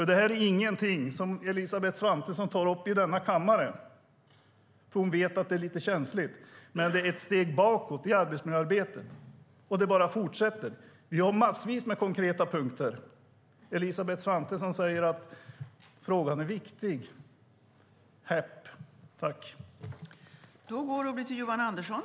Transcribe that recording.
Det är ingenting som Elisabeth Svantesson tar upp i denna kammare, för hon vet att det är lite känsligt. Men det är ett steg bakåt i arbetsmiljöarbetet. Och detta bara fortsätter. Vi har massvis med konkreta punkter. Elisabeth Svantesson säger att frågan är viktig. Häpp!